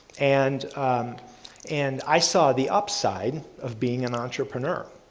and and i saw the up sign of being an entrepreneur.